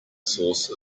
source